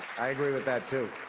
i agree with that too.